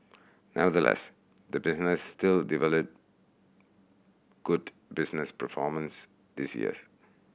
nevertheless the business still good business performance this years